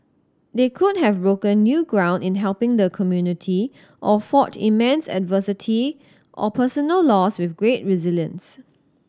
they could have broken new ground in helping the community or fought immense adversity or personal loss with great resilience